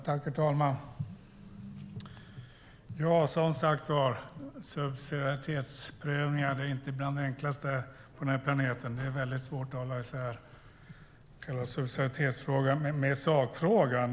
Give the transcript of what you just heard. Herr talman! Som sagt: Subsidiaritetsprövningar är inte bland det enklaste på den här planeten. Det är väldigt svårt att hålla isär själva subsidiaritetsfrågan och sakfrågan.